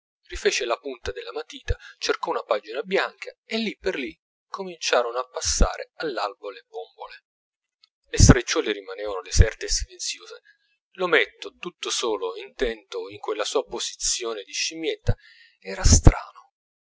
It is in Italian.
quadrettino rifece la punta della matita cercò una pagina bianca e lì per lì cominciarono a passare all'albo le bombole le stradicciuole rimanevano deserte e silenziose l'ometto tutto solo e intento in quella sua posizione di scimmietta era strano